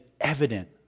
evident